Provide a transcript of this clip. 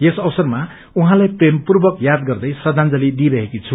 यस अवसरमा उहाँलाई प्रेमपूर्वक याद गर्दै श्रखाजल दिइरहेकी हु